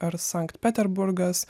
ar sankt peterburgas